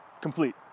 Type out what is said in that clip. complete